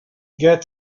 get